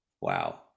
wow